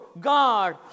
God